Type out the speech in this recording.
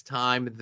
time